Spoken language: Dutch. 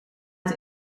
het